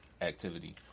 activity